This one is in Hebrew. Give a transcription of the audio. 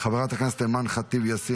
חברת הכנסת אימאן ח'טיב יאסין,